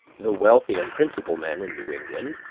the wealthy and principal men in new england,